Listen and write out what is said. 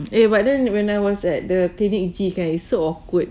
eh but then when I was at the clinic ini kan it's so awkward